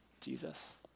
Jesus